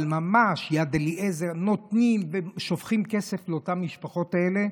אבל הם ממש נותנים ושופכים כסף למשפחות האלה.